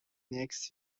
next